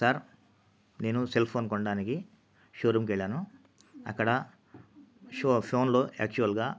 sir నేను cell phone కొనడానికి షోరూంకు వెళ్ళాను అక్కడ షో ఫోన్లో యాక్చువల్గా